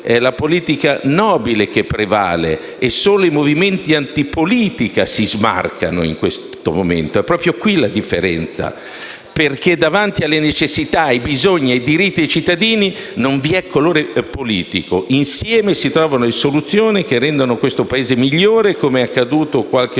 è la politica nobile che prevale e solo i movimenti antipolitica si smarcano; ed è proprio qui la differenza, perché davanti alle necessità, ai bisogni e ai diritti dei cittadini non vi è colore politico. Insieme si trovano le soluzioni che rendono questo Paese migliore, come accaduto qualche giorno